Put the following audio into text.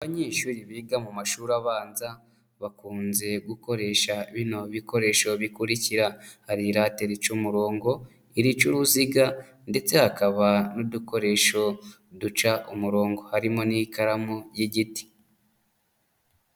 Abanyeshuri biga mu mashuri abanza, bakunze gukoresha bino bikoresho bikurikira: hari irate rica umurongo, irica uruziga ndetse hakaba n'udukoresho duca umurongo, harimo n'ikaramu y'igiti.